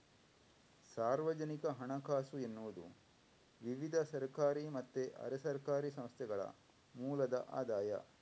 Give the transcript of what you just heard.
ಸಾರ್ವಜನಿಕ ಹಣಕಾಸು ಎನ್ನುವುದು ವಿವಿಧ ಸರ್ಕಾರಿ ಮತ್ತೆ ಅರೆ ಸರ್ಕಾರಿ ಸಂಸ್ಥೆಗಳ ಮೂಲದ ಆದಾಯ